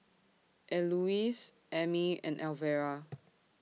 Elouise Amey and Alvera